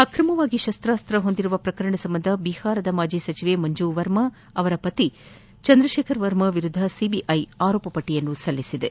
ಅಕ್ರಮವಾಗಿ ಶಸ್ತಾಸ್ತ ಹೊಂದಿರುವ ಪ್ರಕರಣ ಸಂಬಂಧ ಬಿಹಾರದ ಮಾಜಿ ಸಚಿವೆ ಮಂಜು ವರ್ಮಾ ಅವರ ಪತಿ ಚಂದ್ರಶೇಖರ ವರ್ಮಾ ವಿರುದ್ದ ಸಿಬಿಐ ಆರೋಪಪಟ್ಷ ಸಲ್ಲಿಸಿದೆ